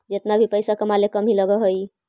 जेतना भी पइसा कमाले कम ही लग हई